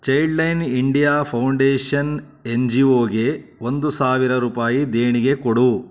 child line India foundation N G ಒಗೆ ಒಂದು ಸಾವಿರ ರೂಪಾಯಿ ದೇಣಿಗೆ ಕೊಡು